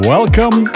Welcome